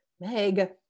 meg